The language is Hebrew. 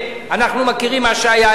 אנחנו מכירים מה שהיה,